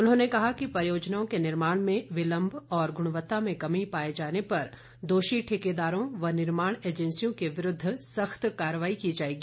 उन्होंने कहा कि परियोजनाओं के निर्माण में विलम्ब और गुणवत्ता में कमी पाए जाने पर दोषी ठेकेदारों और निर्माण एजेंसियों के विरूद्व सख्त कार्रवाई की जाएगी